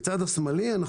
בצד שמאל אנחנו